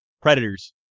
Predators